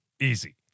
Easy